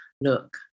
look